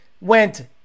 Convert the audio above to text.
went